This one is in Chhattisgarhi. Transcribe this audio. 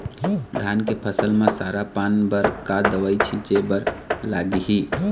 धान के फसल म सरा पान बर का दवई छीचे बर लागिही?